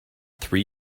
three